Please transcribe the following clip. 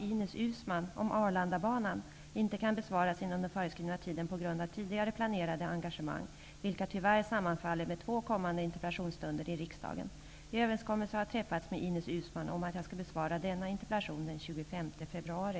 Ines Uusmann om Arlandabanan inte kan besvaras inom den föreskrivna tiden på grund av tidigare planerade engagemang, vilka tyvärr sammanfaller med två kommande interpellationsstunder i riksdagen. Överenskommelse har träffats med Ines Uusmann om att jag skall besvara denna interpellation den 25 februari.